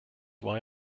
why